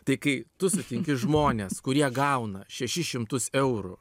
tai kai tu sutinki žmones kurie gauna šešis šimtus eurų